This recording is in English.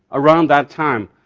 around that time,